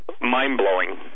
mind-blowing